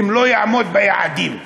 אם לא יעמוד ביעדים.